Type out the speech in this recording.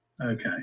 Okay